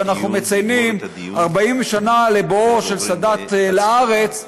שבו אנחנו מציינים 40 שנה לבואו של סאדאת לארץ,